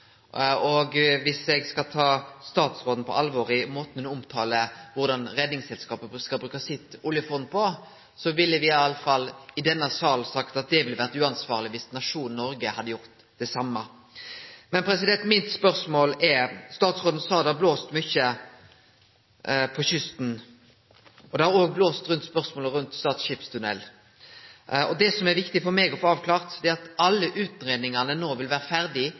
eg skal ta statsråden på alvor i den måten ho omtaler korleis Redningsselskapet skal bruke sitt oljefond på, ville me i alle fall i denne salen sagt at det var uansvarleg dersom nasjonen Noreg hadde gjort det same. Statsråden sa at det hadde blåst mykje på kysten, og det har òg blåst rundt spørsmålet om Stad skipstunnel. Det som er viktig for meg å få avklart, er om alle utgreiingane no vil vere